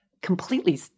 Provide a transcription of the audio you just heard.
completely